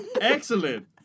Excellent